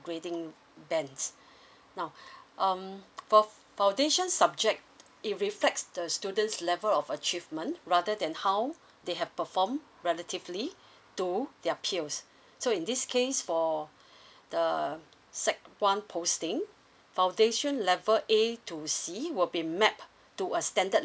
grading bands now um for foundation subject it reflects the student's level of achievement rather than how they have perform relatively though their peers so in this case for the sec one posting foundation level A to C will be map to a standard